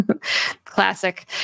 Classic